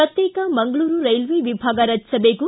ಪ್ರತ್ಯೇಕ ಮಂಗಳೂರು ರೈಲ್ವೆ ವಿಭಾಗ ರಚಿಸಬೇಕು